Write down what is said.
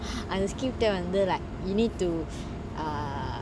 அந்த:antha script eh வந்து:vanthu like you need to err